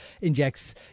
injects